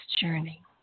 journey